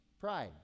pride